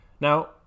Now